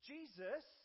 Jesus